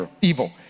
evil